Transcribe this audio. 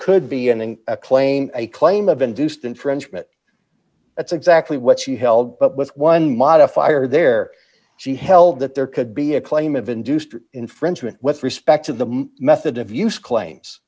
could be an in a claim a claim of induced infringement that's exactly what she held up with one modifier there she held that there could be a claim of induced infringement with respect to the method of use claims